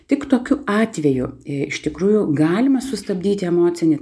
tik tokiu atveju iš tikrųjų galima sustabdyti emocinį